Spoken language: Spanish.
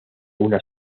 una